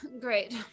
great